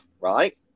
right